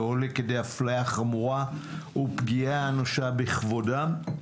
ועולה כדי אפליה חמורה ופגיעה אנושה בכבודם.